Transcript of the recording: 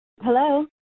Hello